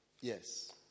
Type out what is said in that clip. Yes